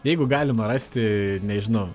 jeigu galima rasti nežinau